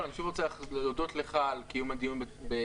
אני שוב רוצה להודות לך על קיום הדיון בהקדם.